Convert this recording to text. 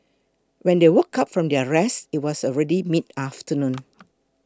when they woke up from their rest it was already midafternoon